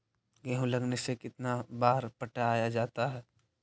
गेहूं लगने से कितना बार पटाया जाता है?